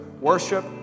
Worship